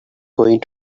going